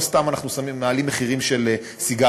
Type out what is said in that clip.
לא סתם אנחנו מעלים מחירים של סיגריות,